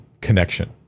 connection